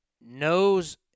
knows –